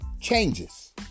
changes